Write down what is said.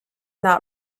not